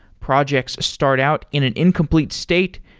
projects start out in an incomplete state,